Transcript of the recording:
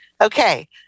okay